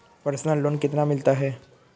Personal loan कितना मिलता है?